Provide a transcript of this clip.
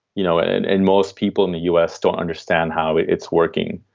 you know, and and and most people in the u s. don't understand how it's working